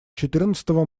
четырнадцатого